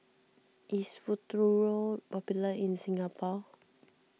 is Futuro popular in Singapore